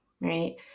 right